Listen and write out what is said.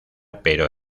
pero